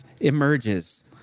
emerges